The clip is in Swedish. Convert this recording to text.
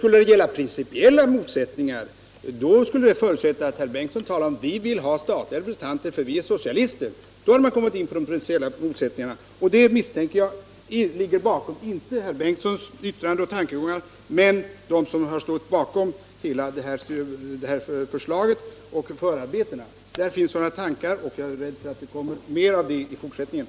Skulle det gälla principiella motsättningar skulle det förutsätta att herr Bengtsson sade: Vi vill ha statliga representanter därför att vi är socialister. Jag misstänker att det är det som ligger bakom, inte herr Bengtssons yttrande, men hela det här förslaget och förarbetena. Där finns sådana tankar, och jag är rädd för att det kommer mer av det i fortsättningen.